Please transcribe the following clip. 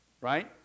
right